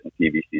PVC